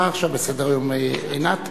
חבר הכנסת